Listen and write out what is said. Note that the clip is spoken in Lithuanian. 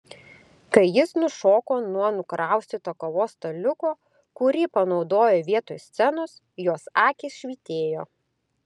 kai jis nušoko nuo nukraustyto kavos staliuko kurį panaudojo vietoj scenos jos akys švytėjo